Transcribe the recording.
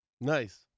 Nice